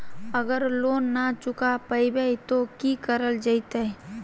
अगर लोन न चुका पैबे तो की करल जयते?